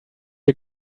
you